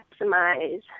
maximize